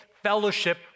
Fellowship